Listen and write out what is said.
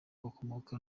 bakomoka